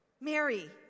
Mary